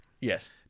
Yes